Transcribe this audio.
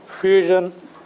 fusion